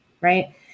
right